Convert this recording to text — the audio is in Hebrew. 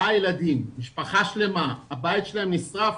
ארבעה ילדים משפחה שלמה, הבית שלהם נישרף,